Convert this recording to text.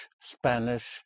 Spanish